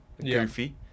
goofy